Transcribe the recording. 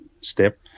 step